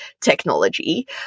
technology